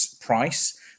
price